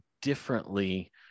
differently